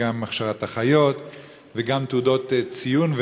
וגם הכשרת אחיות וגם תעודות ציון.